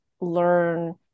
learn